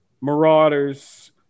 Marauders